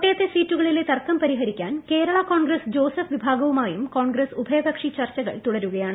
കോട്ടയത്തെ സീറ്റുകളിലെ തർക്കം പരിഹ്രിക്കാൻ കേരള കോൺഗ്രസ് ജോസഫ് വിഭാഗവുമായും കോൺഗ്രസ് ഉഭയകക്ഷി ചർച്ചകൾ തുടരുകയാണ്